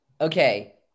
Okay